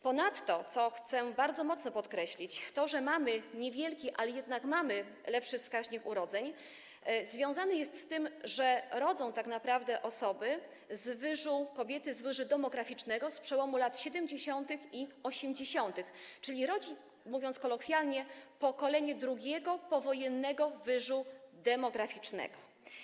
Ponadto, co chcę bardzo mocno podkreślić, to, że mamy niewiele, ale jednak lepszy wskaźnik urodzeń związane jest z tym, że rodzą tak naprawdę kobiety z wyżu demograficznego z przełomu lat 70. i 80, czyli rodzi, mówiąc kolokwialnie, pokolenie drugiego powojennego wyżu demograficznego.